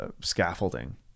scaffolding